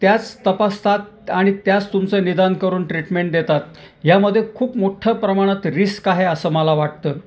त्याच तपासतात आणि त्याच तुमचं निदान करून ट्रीटमेंट देतात ह्यामध्ये खूप मोठ्ठं प्रमाणात रिस्क आहे असं मला वाटतं